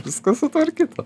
viskas sutvarkyta